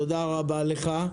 תודה רבה לך.